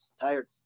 tired